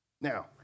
Now